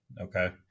Okay